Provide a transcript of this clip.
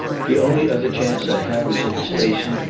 the only other chance i had was at the station,